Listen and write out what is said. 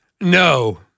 No